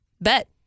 bet